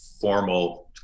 formal